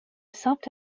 ثبت